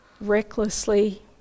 recklessly